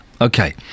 Okay